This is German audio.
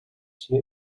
hier